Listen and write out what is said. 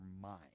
mind